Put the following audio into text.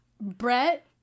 Brett